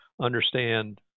understand